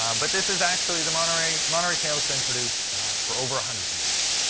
um but this is actually the monterey monterey shale has been produced for over a hundred years.